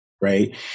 right